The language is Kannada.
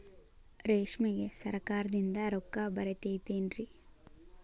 ರೇಷ್ಮೆಗೆ ಸರಕಾರದಿಂದ ರೊಕ್ಕ ಬರತೈತೇನ್ರಿ?